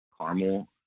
caramel